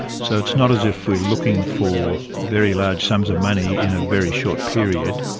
so it's not as if we're looking for very large sums of money in a very short period,